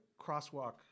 crosswalk